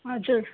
हजुर